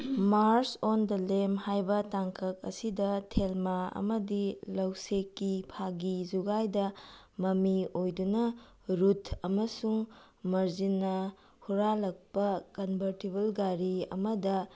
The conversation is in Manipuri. ꯃꯥꯔꯁ ꯑꯣꯟ ꯗ ꯂꯦꯝ ꯍꯥꯏꯕ ꯇꯥꯡꯀꯛ ꯑꯁꯤꯗ ꯊꯦꯜꯃꯥ ꯑꯃꯗꯤ ꯂꯧꯁꯦꯛꯀꯤ ꯐꯥꯒꯤ ꯖꯣꯒꯥꯏꯗ ꯃꯃꯤ ꯑꯣꯏꯗꯨꯅ ꯔꯨꯊ ꯑꯃꯁꯨꯡ ꯃꯔꯖꯤꯟꯅ ꯍꯨꯔꯥꯜꯂꯛꯄ ꯀꯟꯕ꯭ꯔꯇꯤꯕꯜ ꯒꯥꯔꯤ ꯑꯃꯗ